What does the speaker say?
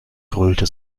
grölte